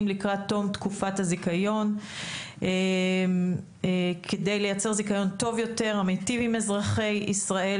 לקראת תום תקופת הזיכיון כדי לייצר זיכיון טוב יותר המטיב עם אזרחי ישראל.